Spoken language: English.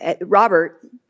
Robert